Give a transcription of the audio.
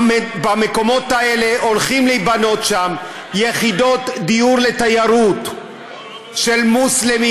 במקומות האלה הולכות להיבנות יחידות דיור לתיירות של מוסלמים,